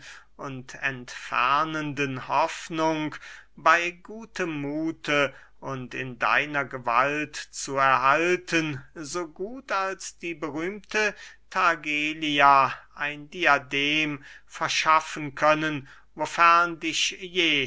und entfernenden hoffnung bey gutem muthe und in deiner gewalt zu erhalten so gut als die berühmte thargelia ein diadem verschaffen können wofern dich je